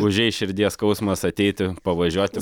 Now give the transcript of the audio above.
užeis širdies skausmas ateiti pavažiuoti pa